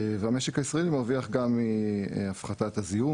והמשק הישראלי מרוויח גם מהפחתת הזיהום